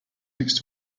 next